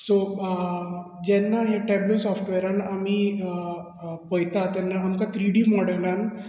so जेन्ना हे टेब्लू सोफ्टवेरांत आमी पळयतात तेन्ना आमकां थ्री डी मॉडेलांत